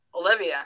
Olivia